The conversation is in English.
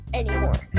anymore